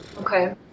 okay